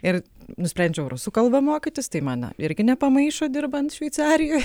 ir nusprendžiau rusų kalbą mokytis tai man irgi nepamaišo dirbant šveicarijoj